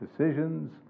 decisions